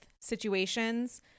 situations